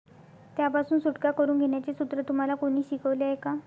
त्यापासून सुटका करून घेण्याचे सूत्र तुम्हाला कोणी शिकवले आहे का?